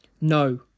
No